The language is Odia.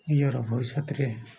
ଏହାର ଭବିଷ୍ୟତରେ